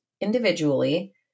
individually